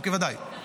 ודאי.